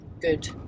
good